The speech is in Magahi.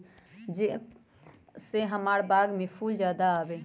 जे से हमार बाग में फुल ज्यादा आवे?